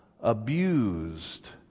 abused